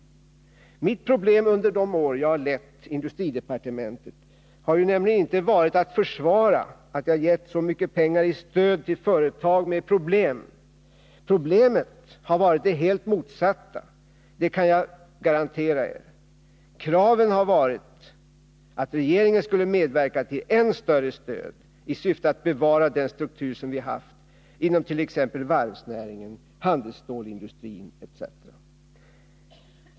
Mitt problem under de år jag har lett industridepartemen tet har nämligen inte varit att försvara att jag gett så mycket pengar i stöd till företag med problem. Problemet har varit det helt motsatta, det kan ja garantera. Kraven har varit att regeringen skulle medverka till än större stöd i syfte att bevara den struktur som vi har haft inom t.ex. varv: äringen, handelsstålsindustrin etc.